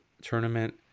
tournament